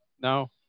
No